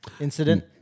incident